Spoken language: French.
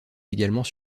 également